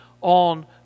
on